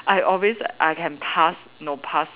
I always I can pass no pass